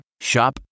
Shop